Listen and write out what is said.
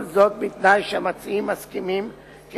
כל זאת בתנאי שהמציעים מסכימים כי